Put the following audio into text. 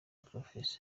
prof